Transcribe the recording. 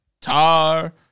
Tar